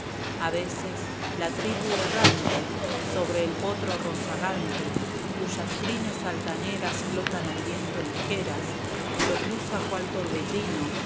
a veces la tribu errante sobre el potro rozagante cuyas crines altaneras flotan al viento ligeras lo cruza cual torbellino